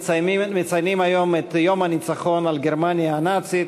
אנחנו מציינים היום את יום הניצחון על גרמניה הנאצית.